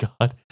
God